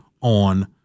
on